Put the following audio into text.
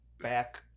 back